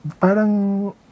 Parang